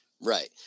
Right